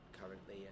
currently